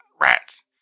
rat's